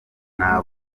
nta